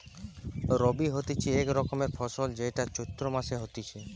রবি হতিছে এক রকমের ফসল যেইটা চৈত্র মাসে হতিছে